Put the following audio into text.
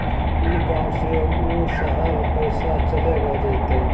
ई गांव से ऊ शहर पैसा चलेगा जयते?